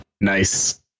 Nice